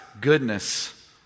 goodness